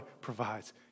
provides